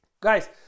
Guys